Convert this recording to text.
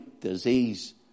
disease